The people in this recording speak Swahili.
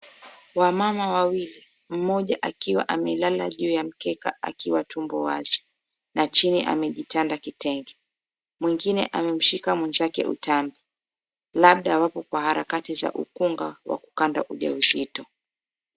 Wamama wawili, mmoja akiwa amelala juu ya mkeka akiwa tumbo wazi na chini amejitanda kitenge. Mwengine amemshika mwenzake utambi labda wako kwenye harakati za ukunga wakukanda ujauzito.